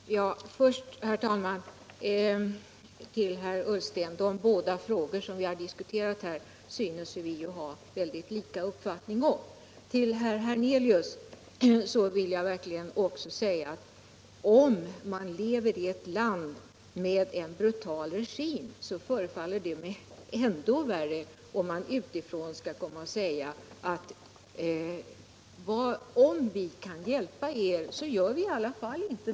Herr talman! Först vill jag säga till herr Ullsten: De båda frågor som vi diskuterat här just nu syns vi ha mycket lika uppfattning om. Till herr Hernelius vill jag verkligen säga att för dem som lever i ett land med en brutal regim förefaller mig situationen ännu värre om man utifrån säger: Om vi kan hjälpa er så gör vi inte det i alla fall, därför att ni har en så brutal regim.